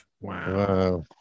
Wow